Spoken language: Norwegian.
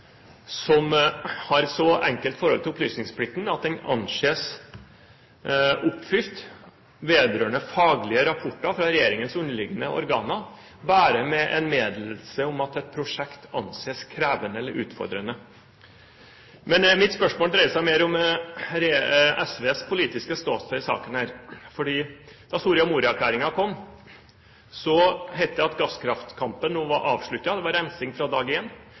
enkelt forhold til opplysningsplikten at den anses oppfylt vedrørende faglige rapporter fra regjeringens underliggende organer bare med en meddelelse om at et prosjekt anses krevende eller utfordrende. Men mitt spørsmål dreier seg mer om SVs politiske ståsted i denne saken. Da Soria Moria-erklæringen kom, het det at gasskraftkampen nå var avsluttet, det var rensing fra dag